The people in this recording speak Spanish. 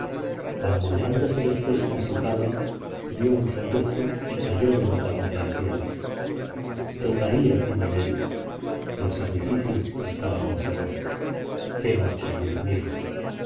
bamboleóse después con su carga dio un sollozo y cayó de boca contra el suelo yo caí encima de él el sacrificio estaba consumado qué noche dios mío